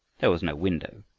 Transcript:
there was no window,